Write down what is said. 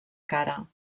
cara